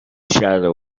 shadow